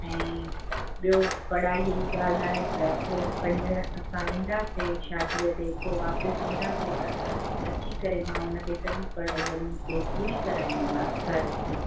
ऐं ॿियों पढ़ाई जी ॻाल्हि आहे त पोइ पंज असां वेंदासीं शादीअ ते पोइ वापसि ईंदासी त अची करे मां हुन खे सॼी पढ़ाई वरी हिते पूरी कराईंदीमांसि घरु अची